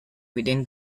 within